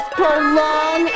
prolong